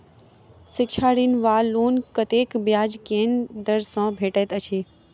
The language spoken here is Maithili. शिक्षा ऋण वा लोन कतेक ब्याज केँ दर सँ भेटैत अछि?